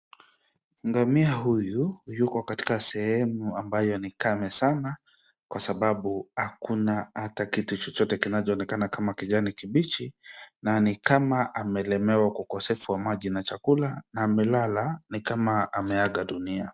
Ngamia huyu yuko katika sehemu ambayo ni kame sana, kwa sababu hakuna hata kitu chochote kinacho onekana kama kijani kibichi, na ni kama amelemewa kwa ukosefu wa maji na chakula, amelala ni kama ameaga dunia.